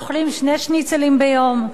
אוכלים שני שניצלים ביום?